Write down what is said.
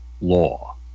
law